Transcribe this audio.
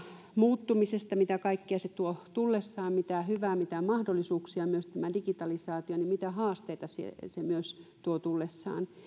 muuttumisesta siitä mitä kaikkea se tuo tullessaan mitä hyvää mitä mahdollisuuksia tämä digitalisaatio tuo mutta mitä haasteita se myös tuo tullessaan